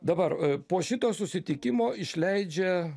dabar po šito susitikimo išleidžia